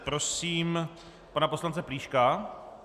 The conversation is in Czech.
Prosím pana poslance Plíška.